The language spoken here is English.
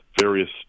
various